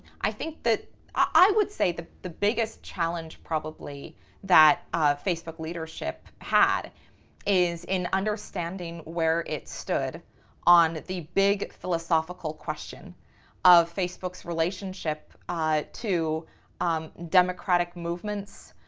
i think that i would say that the biggest challenge probably that facebook leadership had is in understanding where it stood on the big philosophical question of facebook's relationship ah to um democratic movements,